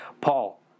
Paul